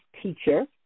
teacher